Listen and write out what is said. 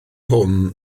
hwn